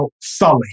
Sully